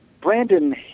Brandon